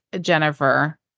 Jennifer